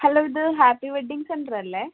hello ഇത് happy wedding സെൻ്ററല്ലേ